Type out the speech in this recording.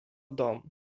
dom